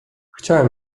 chciałem